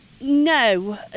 No